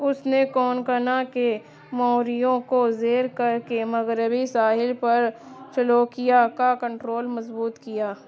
اس نے کونکنا کے موریوں کو زیر کر کے مغربی ساحل پر چلوکیہ کا کنٹرول مضبوط کیا